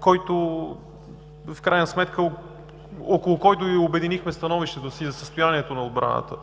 консенсус, около който обединихме становищата си за състоянието на отбраната.